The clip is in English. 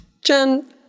Jen